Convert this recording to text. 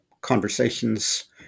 conversations